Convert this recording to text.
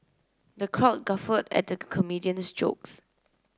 the crowd guffawed at the comedian's jokes